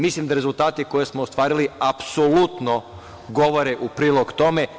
Mislim da rezultate koje smo ostvarili apsolutno govore u prilog tome.